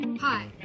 Hi